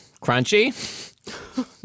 crunchy